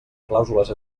clàusules